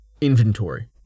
Inventory